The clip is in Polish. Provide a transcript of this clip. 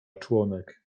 członek